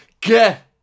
Get